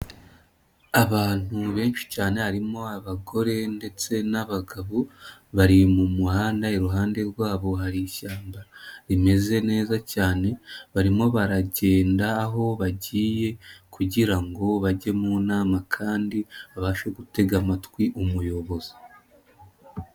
Abantu benshi cyane harimo abagore ndetse n'abagabo, bari mu muhanda iruhande rwabo hari ishyamba rimeze neza cyane, barimo baragenda aho bagiye, kugira ngo bajye mu nama kandi babashe gutega amatwi umuyobozi.